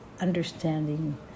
Understanding